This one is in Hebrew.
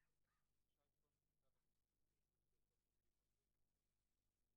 09:04. אנחנו